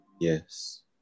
Yes